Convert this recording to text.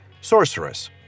Sorceress